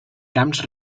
camps